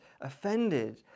offended